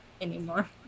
anymore